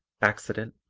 accident,